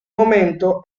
momento